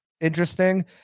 interesting